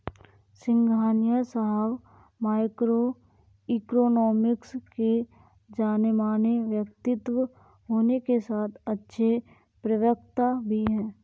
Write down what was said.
सिंघानिया साहब micro economics के जानेमाने व्यक्तित्व होने के साथ अच्छे प्रवक्ता भी है